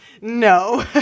no